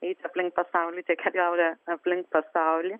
eiti aplink pasaulį tie keliauja aplink pasaulį